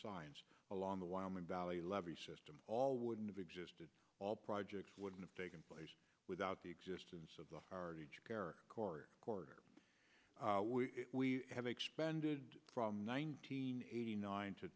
signs along the wyoming valley levee system all wouldn't have existed all projects would have taken place without the existence of the heritage care quarter we have expended from nineteen eighty nine to